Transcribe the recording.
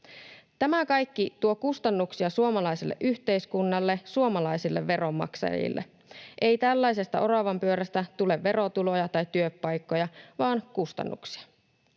Tämä kaikki tuo kustannuksia suomalaiselle yhteiskunnalle, suomalaisille veronmaksajille. Ei tällaisesta oravanpyörästä tule verotuloja tai työpaikkoja vaan kustannuksia.